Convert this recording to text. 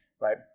right